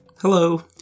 Hello